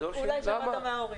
בדור שלי.